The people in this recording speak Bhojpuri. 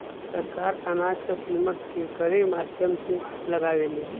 सरकार अनाज क कीमत केकरे माध्यम से लगावे ले?